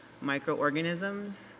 microorganisms